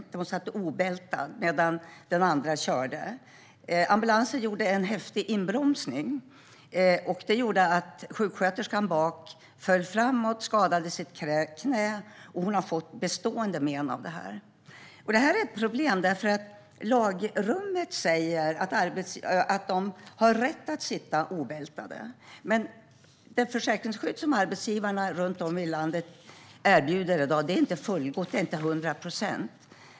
Hon var obältad, och den andra körde. Ambulansföraren gjorde en häftig inbromsning. Sjuksköterskan bak föll framåt och skadade sitt knä. Hon har fått bestående men. Detta är ett problem. Lagrummet säger att personalen har rätt att sitta obältad, men det försäkringsskydd som arbetsgivarna runt om i landet erbjuder är inte fullgott till hundra procent.